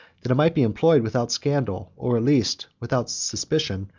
that it might be employed without scandal, or at least without suspicion,